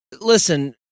listen